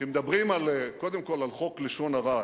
כביכול, כי מדברים קודם כול על חוק לשון הרע.